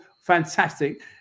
fantastic